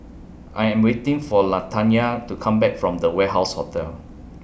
I Am waiting For Latanya to Come Back from The Warehouse Hotel